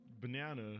banana